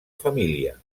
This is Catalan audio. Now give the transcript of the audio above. família